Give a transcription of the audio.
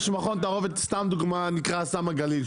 יש מכון תערובת שנקרא אסם הגליל,